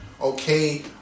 okay